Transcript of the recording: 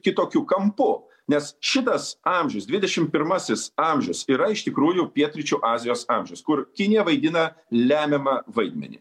kitokiu kampu nes šitas amžius dvidešim pirmasis amžius yra iš tikrųjų pietryčių azijos amžius kur kinija vaidina lemiamą vaidmenį